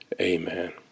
Amen